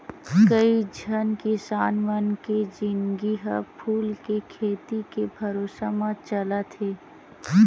कइझन किसान मन के जिनगी ह फूल के खेती के भरोसा म चलत हे